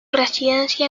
residencia